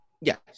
Yes